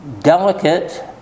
delicate